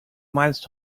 meinst